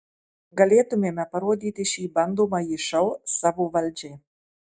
galėtumėme parodyti šį bandomąjį šou savo valdžiai